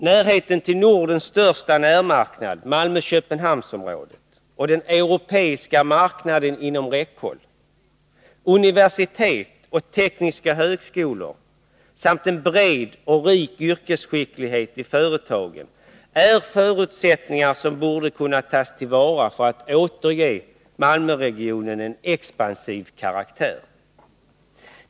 Närheten till Nordens största närmarknad — Malmö Köpenhamnsområdet — och den europeiska marknaden inom räckhåll, universitet och teknisk högskola samt en bred" och rik yrkesskicklighet i företagen är förutsättningar som borde kunna tas till vara för att återge Malmöregionen en expansiv karaktär.